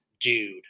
dude